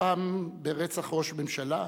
סופן ברצח ראש ממשלה,